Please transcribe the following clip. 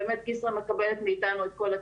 באמת כסרא מקבלת מאיתנו את כל התמיכה.